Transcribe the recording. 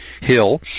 hill